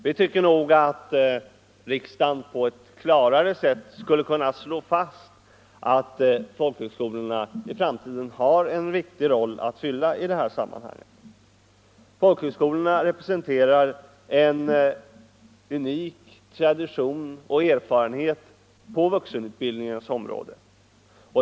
Vi tycker nog att riksdagen på ett klarare sätt skulle kunna slå fast att folkhögskolorna i framtiden har en viktig roll att spela i det här sammanhanget. Folkhögskolorna representerar en unik tradition och har er farenhet på vuxenutbildningens område.